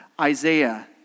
Isaiah